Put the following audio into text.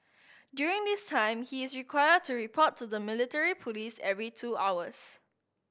during this time he is required to report to the military police every two hours